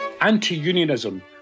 Anti-unionism